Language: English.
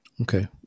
Okay